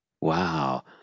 Wow